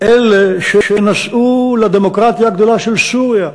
אלה שנסעו לדמוקרטיה הגדולה של סוריה,